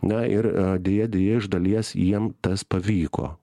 na ir deja deja iš dalies jiem tas pavyko